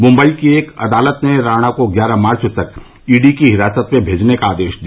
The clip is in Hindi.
मुंबई की एक अदालत ने राणा को ग्यारह मार्च तक ईडी की हिरासत में भेजने का आदेश दिया